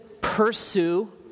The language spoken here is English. pursue